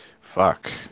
Fuck